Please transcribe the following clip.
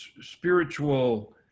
spiritual